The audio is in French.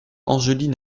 angeline